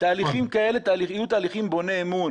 תהליכים כאלה יהיו תהליכים בוני אמון.